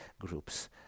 groups